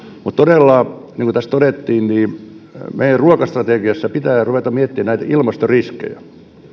mutta todella niin kuin tässä todettiin meidän ruokastrategiassa pitää ruveta miettimään näitä ilmastoriskejä